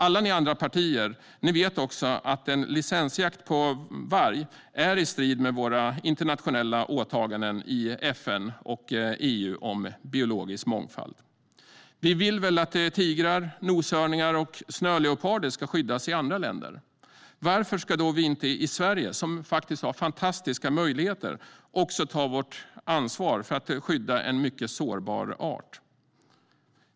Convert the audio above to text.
Alla ni andra partier vet också att licensjakt på varg är i strid med våra internationella åtaganden i FN och EU om biologisk mångfald. Vi vill väl att tigrar, noshörningar och snöleoparder ska skyddas i andra länder, så varför ska inte vi i Sverige - som faktiskt har fantastiska möjligheter - ta vårt ansvar för att skydda en mycket sårbar art?